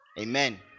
Amen